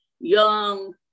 young